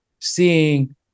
seeing